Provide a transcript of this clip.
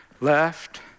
Left